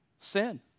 Sin